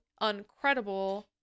uncredible